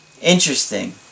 Interesting